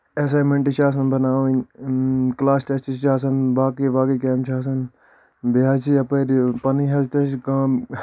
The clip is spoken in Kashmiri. ایساینمنٹ چھِ آسان بَناؤنۍ کٔلاس ٹیٚسٹ چھُ آسان باقے باقے کامہِ چھِ آسان بیٚیہِ حظ چھ یپٲرۍ پَنٕنۍ حظ تہِ چھےٚ کٲم